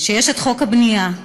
שיש חוק הבנייה,